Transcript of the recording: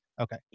Okay